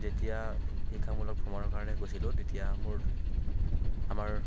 যেতিয়া শিক্ষামূলক ভ্ৰমণৰ কাৰণে গৈছিলোঁ তেতিয়া মোৰ আমাৰ